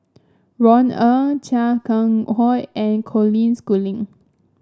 Ron Ong Chia Keng Hock and Colin Schooling